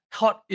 hot